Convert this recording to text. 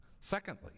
Secondly